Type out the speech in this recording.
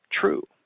true